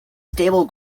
stable